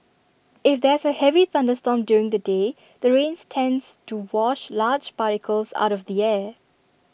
if there's A heavy thunderstorm during the day the rains tends to wash large particles out of the air